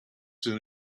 soon